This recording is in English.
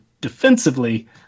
defensively